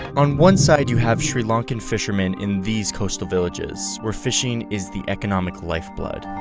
on one side you have sri lankan fishermen in these coastal villages, where fishing is the economic lifeblood.